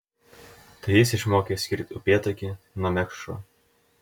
tai jis išmokė atskirti upėtakį nuo mekšro